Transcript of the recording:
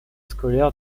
scolaires